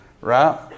right